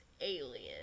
alien